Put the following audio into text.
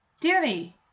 Danny